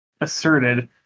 asserted